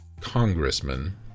congressman